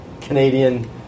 Canadian